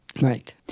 Right